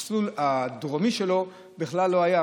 המסלול הדרומי שלו בכלל לא היה,